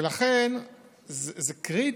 ולכן זה קריטי,